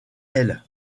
elle